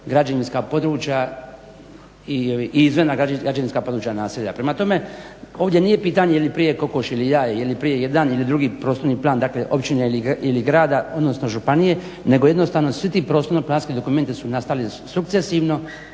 /Govornik se ne razumije./… građevinska područja naselja. Prema tome, ovdje nije pitanje je li prije kokoš ili jaje, je li prije jedan ili drugi prostorni plan dakle općine ili grada, odnosno županije nego jednostavno svi ti prostorno-planski dokumenti su nastali sukcesivno